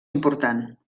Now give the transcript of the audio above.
important